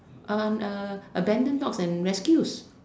and abandon dog and rescued